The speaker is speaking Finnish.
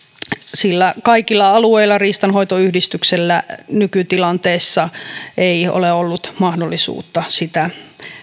sillä kaikilla alueilla riistanhoitoyhdistyksellä nykytilanteessa ei ole ollut mahdollisuutta sitä